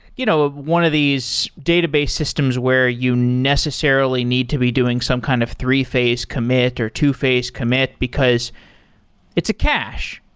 you know ah one of these database systems where you necessarily need to be doing some kind of three-phase commit, or two-phase commit because it's a cache.